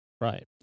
right